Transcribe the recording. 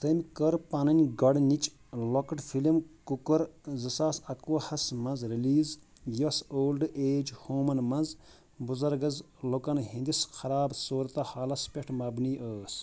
تٔمۍ کٔر پنٕنۍ گۄڈٕنِچ لوكٕٹ فلم کُکُر زٕ ساس اَکوُہَس مَنٛز رِلیٖز یۄس اولڈ ایج ہومن مَنٛز بُزَرگز لوکَن ہندِس خَراب صوٗرَت حالَس پٮ۪ٹھ مبنی ٲس